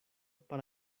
para